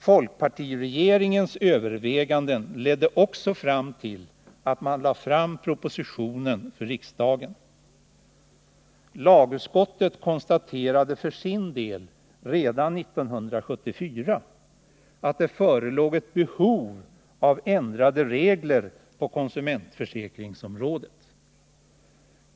Folkpartiregeringens överväganden ledde också till att man lade fram en proposition för riksdagen. Lagutskottet konstaterade för sin del redan 1974 att det förelåg ett behov av ändrade regler på konsumentförsäkringsområdet.